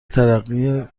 ترقی